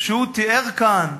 שהוא תיאר כאן,